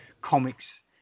comics